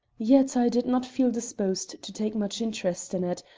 yet i did not feel disposed to take much interest in it,